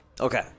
Okay